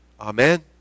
Amen